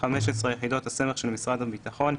(15)יחידות הסמך של משרד הביטחון,